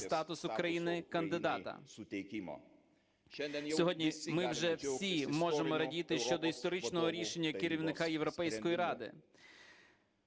статусу країни-кандидата. Сьогодні ми вже всі можемо радіти щодо історичного рішення керівника Європейської Ради.